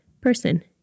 person